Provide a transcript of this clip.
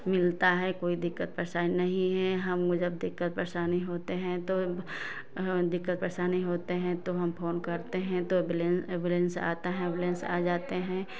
मिलता है कोई दिक्कत परेशानी नहीं है हम जब दिक्कत परेशानी होते हैं तो दिक्कत परेशानी होते हैं तो हम फोन करते हैं तो एबलेंस एम्बुलेंस आता है एंबुलेंस आ जाते हैं तो